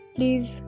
Please